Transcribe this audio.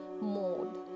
mode